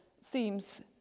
seems